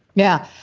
yeah.